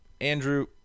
andrew